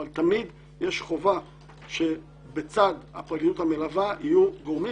אבל תמיד יש חובה שבצד הפרקליטות המלווה יהיו גורמים